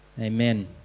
Amen